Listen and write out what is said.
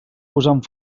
posant